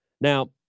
Now